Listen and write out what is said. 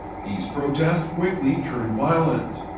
these protests quickly turned violent.